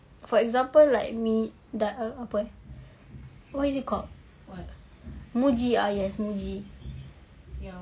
for example like mini~ apa eh what is it called muji ah yes muji